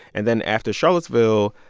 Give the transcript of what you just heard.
and then after charlottesville,